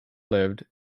lived